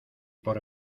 por